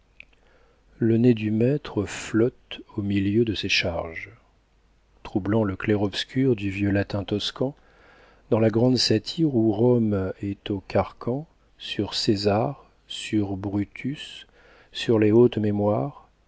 le nez du maître flotte au milieu de ces charges troublant le clair-obscur du vieux latin toscan dans la grande satire où rome est au carcan sur césar sur brutus sur les hautes mémoires